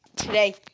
today